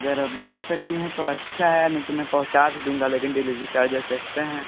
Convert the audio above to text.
अगर आप भेज सकती हैं तो अच्छा है नहीं तो मैं पहुंचा भी दूंगा लेकिन डिलीवरी चार्जेज़ एक्स्ट्रा हैं